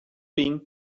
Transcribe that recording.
being